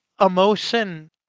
emotion